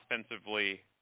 offensively